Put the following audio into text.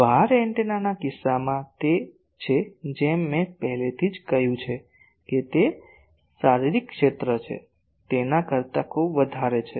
wire એન્ટેનાના કિસ્સામાં તે જ છે જેમ મેં પહેલેથી જ કહ્યું છે કે તે શારીરિક ક્ષેત્ર છે તેના કરતા ખૂબ વધારે છે